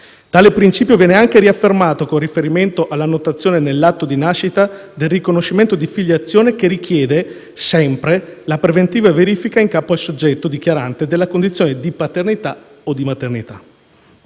Tale principio viene anche riaffermato con riferimento all'annotazione nell'atto di nascita del riconoscimento di filiazione che richiede, sempre, la preventiva verifica in capo al soggetto dichiarante della condizione di paternità o di maternità.